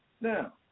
Now